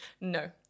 No